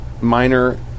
minor